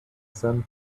zen